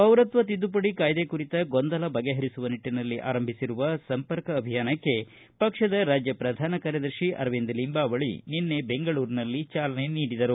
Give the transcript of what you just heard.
ಪೌರತ್ವ ತಿದ್ದುಪಡಿ ಕಾಯ್ದೆ ಕುರಿತ ಗೊಂದಲ ಬಗೆಹರಿಸುವ ನಿಟ್ಟನಲ್ಲಿ ಆರಂಭಿಸಿರುವ ಸಂಪರ್ಕ ಅಭಿಯಾನಕ್ಕೆ ಪಕ್ಷದ ರಾಜ್ಯ ಪ್ರಧಾನ ಕಾರ್ಯದರ್ಶಿ ಅರವಿಂದ ಲಿಂಬಾವಳಿ ನಿನ್ನೆ ಬೆಂಗಳೂರಿನಲ್ಲಿ ಚಾಲನೆ ನೀಡಿದರು